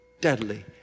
deadly